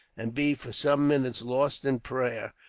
and be for some minutes lost in prayer,